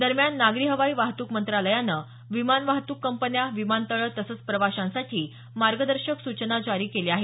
दरम्यान नागरी हवाई वाहतूक मंत्रालयानं विमान वाहतूक कंपन्या विमानतळं तसंच प्रवाशांसाठी मार्गदर्शक सूचना जारी केल्या आहेत